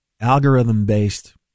algorithm-based